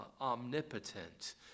omnipotent